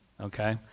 okay